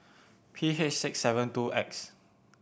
P H six seven two X